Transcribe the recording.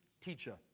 Teacher